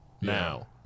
now